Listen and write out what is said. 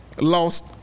lost